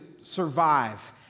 survive